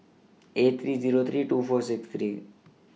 eight three Zero three two four six three